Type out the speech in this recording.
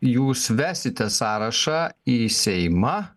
jūs vesite sąrašą į seimą